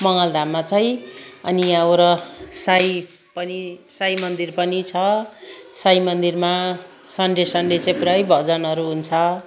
मङ्गल धाममा चाहिँ अनि यहाँ वर साई पनि साई मन्दिर पनि छ साई मन्दिरमा सन्डे सन्डे चाहिँ पुरै भजनहरू हुन्छ